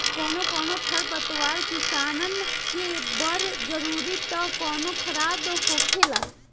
कौनो कौनो खर पतवार किसानन के बड़ जरूरी त कौनो खराब होखेला